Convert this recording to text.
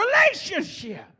relationship